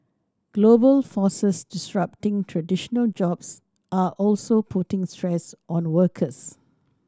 global forces disrupting traditional jobs are also putting stress on workers